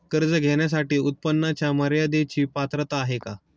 कर्ज घेण्यासाठी उत्पन्नाच्या मर्यदेची पात्रता आहे का?